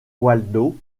waldo